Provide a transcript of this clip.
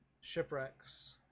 shipwrecks